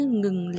ngừng